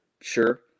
Sure